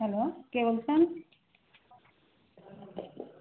hello কে বলছেন